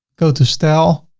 go to style,